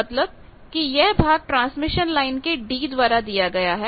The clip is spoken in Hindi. मतलब कि यह भाग ट्रांसमिशन लाइन के d द्वारा दिया गया है